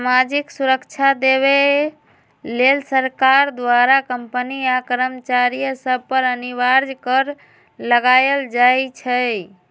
सामाजिक सुरक्षा देबऐ लेल सरकार द्वारा कंपनी आ कर्मचारिय सभ पर अनिवार्ज कर लगायल जाइ छइ